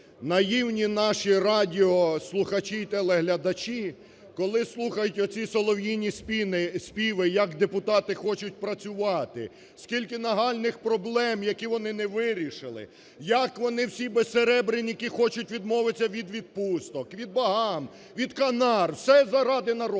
Наївні наші радіослухачі і телеглядачі, коли слухають оці солов'їні співи, як депутати хочуть працювати, скільки нагальних проблем, які вони не вирішили, як вони всі безсеребреники хочуть відмовитися від відпусток, від Багам, від Канар – все заради народу.